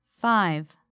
five